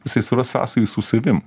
jisai suras sąsajų su savim